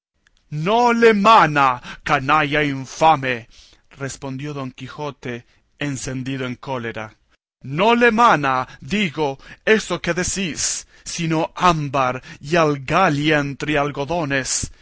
no le mana canalla infame respondió don quijote encendido en cólerano le mana digo eso que decís sino ámbar y algalia entre algodones